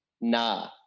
Nah